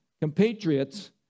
compatriots